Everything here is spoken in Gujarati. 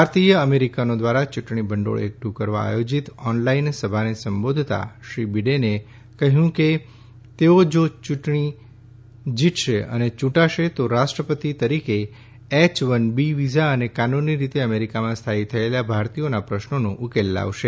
ભારતીય અમેરિકનો દ્વારા ચૂંટણી ભંડોળ એકઠું કરવા આયોજીત ઓનલાઈન સભાને સંબોધતાં શ્રી બીડેને કહ્યુ હતું કે તેઓ જો ચૂંટાશે તો રાષ્ટ્રપતિ તરીકે એચ વન બી વિઝા અને કાનૂની રીતે અમેરિકામાં સ્થાથી થયેલા ભારતીયોના પ્રશ્નોનો ઉકેલ લાવશે